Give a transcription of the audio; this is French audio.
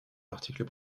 l’article